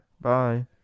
Bye